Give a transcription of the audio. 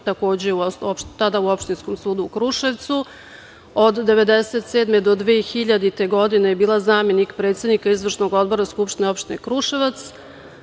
tada u Opštinskom sudu u Kruševcu, od 1997. do 2000. godine, je bila zamenik predsednika Izvršnog odbora Skupštine opštine Kruševac